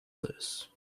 this